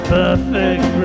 perfect